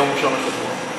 ביום ראשון השבוע.